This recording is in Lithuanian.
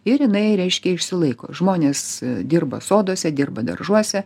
ir jinai reiškia išsilaiko žmonės dirba soduose dirba daržuose